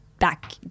back